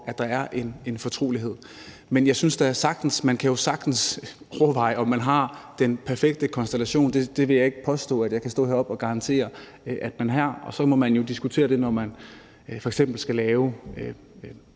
er brug for en fortrolighed. Men jeg synes da sagtens, man kan overveje, om man har den perfekte konstellation – det vil jeg ikke påstå at jeg kan stå heroppe og garantere at man har – og så må man jo diskutere det, når man f.eks. skal lave